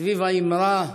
סביב האמירה: